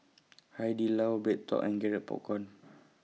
Hai Di Lao BreadTalk and Garrett Popcorn